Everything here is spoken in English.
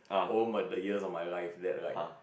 over the years of my life that like